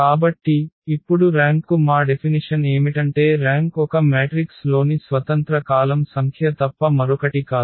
కాబట్టి ఇప్పుడు ర్యాంక్కు మా డెఫినిషన్ ఏమిటంటే ర్యాంక్ ఒక మ్యాట్రిక్స్ లోని స్వతంత్ర కాలమ్ సంఖ్య తప్ప మరొకటి కాదు